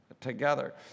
together